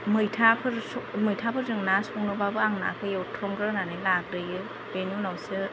मैथाफोर मैथाफोरजों ना सङोब्लाबो आं नाखौ एवथ्रमग्रोनानै लाग्रोयो बेनि उनावसो